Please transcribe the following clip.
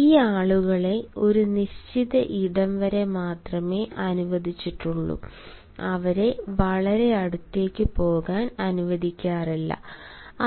ഈ ആളുകളെ ഒരു നിശ്ചിത ഇടം വരെ മാത്രമേ അനുവദിച്ചിട്ടുള്ളൂ അവരെ വളരെ അടുത്തേക്ക് പോകാൻ അനുവദിക്കാനാവില്ല